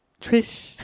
Trish